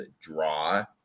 draw